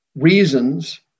reasons